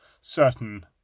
certain